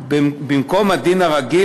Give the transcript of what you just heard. במקום הדין הרגיל,